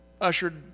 ushered